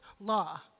Law